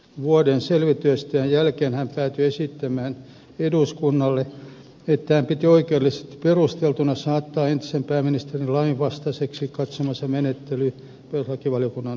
vuoden selvitystyön jälkeen hän päätyi esittämään eduskunnalle että hän piti oikeudellisesti perusteltuna saattaa entisen pääministerin lainvastaiseksi katsomansa menettely perustuslakivaliokunnan käsiteltäväksi